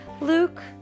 Luke